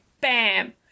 Bam